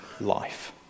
life